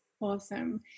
Awesome